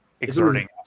Exerting